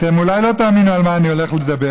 אתם אולי לא תאמינו על מה אני הולך לדבר,